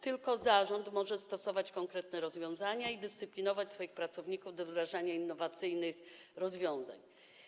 Tylko zarząd może stosować konkretne rozwiązania i dyscyplinować swoich pracowników, tak aby wdrażali innowacyjne rozwiązania.